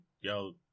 yo